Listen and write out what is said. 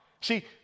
See